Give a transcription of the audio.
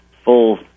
full